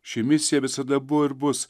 ši misija visada buvo ir bus